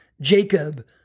Jacob